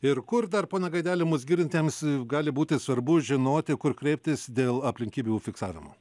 ir kur dar pone gaideli mus girdintiems gali būti svarbu žinoti kur kreiptis dėl aplinkybių fiksavimo